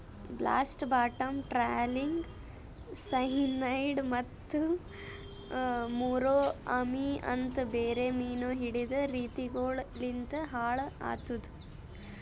blast, bottom trawling, cyanide ಮತ್ತ ಮುರೋ ಅಮಿ ಅಂತ್ ಬೇರೆ ಮೀನು ಹಿಡೆದ್ ರೀತಿಗೊಳು ಲಿಂತ್ ಹಾಳ್ ಆತುದ್